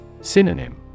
Synonym